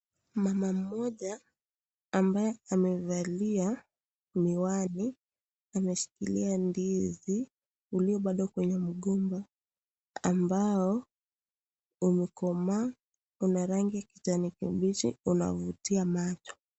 Mama mmoja ambaye amevalia miwani ameshikilia ndizi iliyo bado kwenye mgomba ambao umekomaa una rangi ya kijani kibichi unavutia macho.